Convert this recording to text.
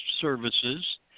services